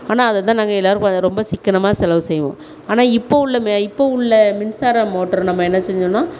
ஆனால் அதைத்தான் நாங்கள் எல்லோரும் க ரொம்ப சிக்கனமாக செலவு செய்வோம் ஆனால் இப்போ உள்ள மே இப்போ உள்ள மின்சாரம் மோட்டர் நம்ம என்ன செஞ்சோம்னா